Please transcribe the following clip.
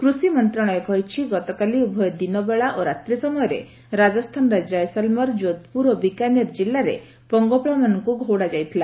କୃଷିମନ୍ତ୍ରଣାଳୟ କହିଛି ଗତକାଲି ଉଭୟ ଦିନବେଳେ ଓ ରାତ୍ରି ସମୟରେ ରାଜସ୍ଥାନର ଜୟୀସଲମର ଯୋଧପୁର ଓ ବିକାନିର ଜିଲ୍ଲାରେ ପଙ୍ଗପାଳମାନଙ୍କୁ ଘଉଡା ଯାଇଥିଲା